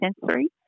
sensory